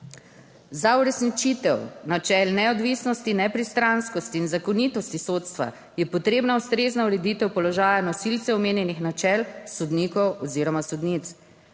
Za uresničitev načel neodvisnosti, nepristranskosti in zakonitosti sodstva je potrebna ustrezna ureditev položaja nosilcev omenjenih načel sodnikov oziroma sodnic.